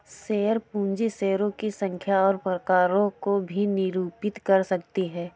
share पूंजी शेयरों की संख्या और प्रकारों को भी निरूपित कर सकती है